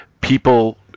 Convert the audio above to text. people